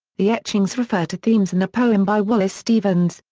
the etchings refer to themes in a poem by wallace stevens,